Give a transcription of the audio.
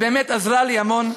שבאמת עזרה לי המון,